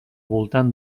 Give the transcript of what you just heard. voltant